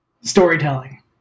storytelling